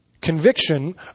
conviction